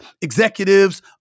executives